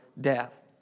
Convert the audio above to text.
death